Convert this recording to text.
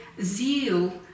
zeal